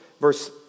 verse